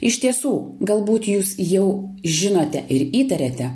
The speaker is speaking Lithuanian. iš tiesų galbūt jūs jau žinote ir įtariate